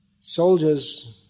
soldiers